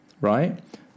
Right